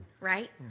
Right